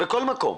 בכל מקום.